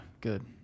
Good